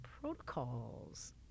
protocols